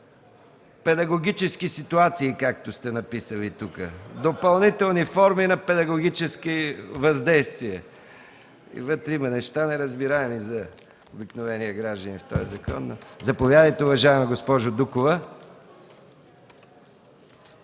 „педагогически ситуации”, както сте написали тук – допълнителни форми на педагогически въздействия, и вътре, в този закон, има неща, неразбираеми за обикновения гражданин. (Шум и смях.) Заповядайте, уважаема госпожо Дукова.